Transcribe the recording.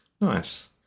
Nice